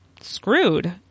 screwed